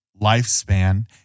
lifespan